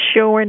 Sure